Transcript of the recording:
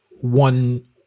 one